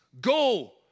Go